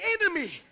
enemy